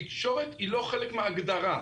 תקשורת היא לא חלק מההגדרה.